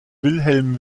wilhelm